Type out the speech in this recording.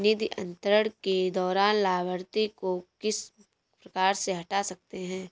निधि अंतरण के दौरान लाभार्थी को किस प्रकार से हटा सकते हैं?